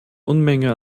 unmenge